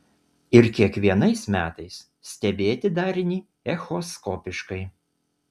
ir kiekvienais metais stebėti darinį echoskopiškai